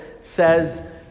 says